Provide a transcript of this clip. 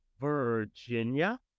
Virginia